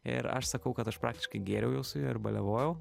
ir aš sakau kad aš praktiškai gėriau jau su juo ir baliavojau